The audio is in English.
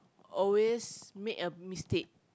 always make a mistake